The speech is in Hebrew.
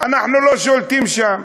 אנחנו לא שולטים שם,